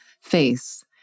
face